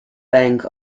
bank